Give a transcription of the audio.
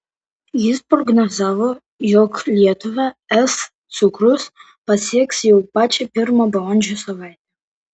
jis prognozavo jog lietuvą es cukrus pasieks jau pačią pirmą balandžio savaitę